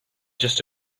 just